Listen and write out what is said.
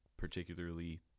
particularly